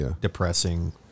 depressing